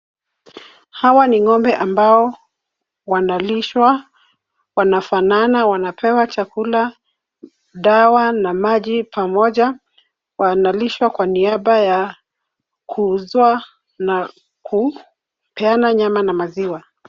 Hawa ni ng'ombe ambao wanalishwa, wanafanana, wanapewa chakula , dawa, na maji pamoja. Wanalishwa kwa niaba ya kuuzwa na kupeana nyama na maziwa.